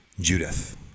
Judith